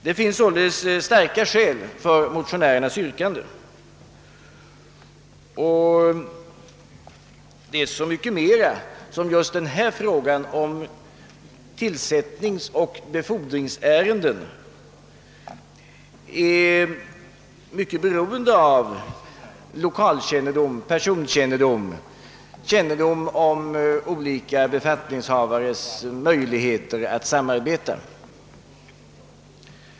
Det finns således starka skäl för motionärernas yrkande, och detta så mycket mera som just tillsättningsoch befordringsärenden är mycket beroende av lokalkännedom, personalkännedom och vetskap om olika befattningshavares möjligheter att samarbeta.